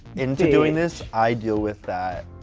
into doing this i deal with that